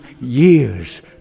years